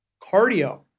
Cardio